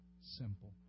simple